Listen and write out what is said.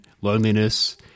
loneliness